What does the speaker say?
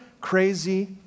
Crazy